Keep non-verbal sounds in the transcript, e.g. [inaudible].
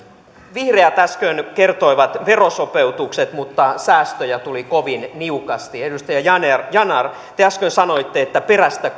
vihreät äsken kertoivat verosopeutukset mutta säästöjä tuli kovin niukasti edustaja yanar yanar te äsken sanoitte että perästä [unintelligible]